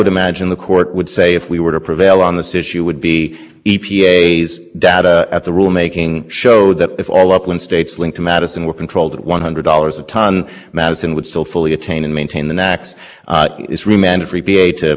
madison would be controlled at one hundred dollars a tonne of the ozone states those fortune states are linked to need no good neighbor controls and they didn't look at it they didn't do anything with it they didn't consider it they generated all this data that we've cited in our brief and then because they didn't agree